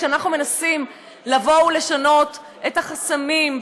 כשאנחנו מנסים לשנות את החסמים,